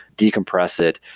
decompress it,